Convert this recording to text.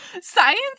Science